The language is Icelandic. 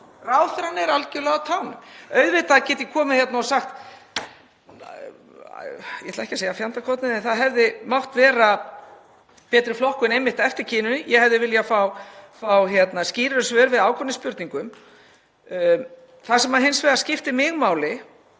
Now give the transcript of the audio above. ráðherrann er algjörlega á tánum. Auðvitað get ég komið hingað og sagt — ég ætla ekki að segja fjandakornið, en það hefði mátt vera betri flokkun eftir kyni og ég hefði viljað fá skýrari svör við ákveðnum spurningum. Það sem hins vegar skiptir mig máli